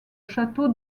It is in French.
château